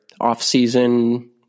off-season